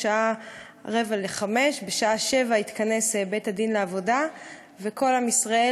השעה 04:45. בשעה 07:00 יתכנס בית-הדין לעבודה וכל עם ישראל